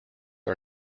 are